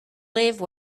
live